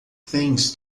trens